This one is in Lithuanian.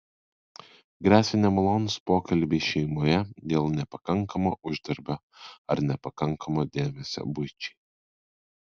gresia nemalonūs pokalbiai šeimoje dėl nepakankamo uždarbio ar nepakankamo dėmesio buičiai